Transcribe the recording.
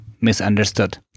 misunderstood